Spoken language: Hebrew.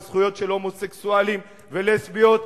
בזכויות של הומוסקסואלים ולסביות,